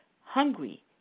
hungry